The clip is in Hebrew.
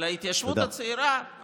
להתיישבות הצעירה, תודה.